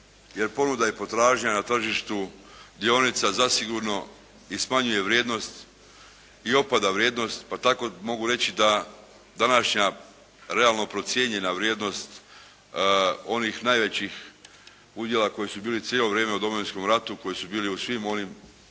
ponuda i potražnja na tržištu dionica zasigurno i smanjuje vrijednost i opada vrijednost, pa tako mogu reći da današnja realno procijenjena vrijednost onih najvećih udjela koji su bili cijelo vrijeme u Domovinskom ratu, koji su bili u svim onim